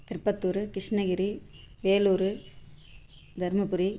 Tirupattur Krishnagiri Vellore Dharmapuri